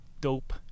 dope